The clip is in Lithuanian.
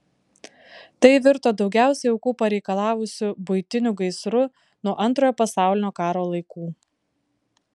tai virto daugiausiai aukų pareikalavusiu buitiniu gaisru nuo antrojo pasaulinio karo laikų